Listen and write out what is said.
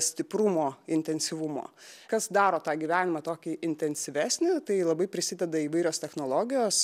stiprumo intensyvumo kas daro tą gyvenimą tokį intensyvesnį tai labai prisideda įvairios technologijos